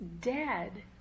dead